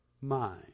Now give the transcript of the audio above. mind